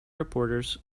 reporters